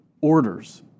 orders